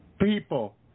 People